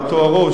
מה תוארו?